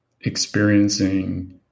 experiencing